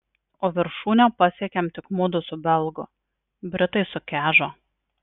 o viršūnę pasiekėm tik mudu su belgu britai sukežo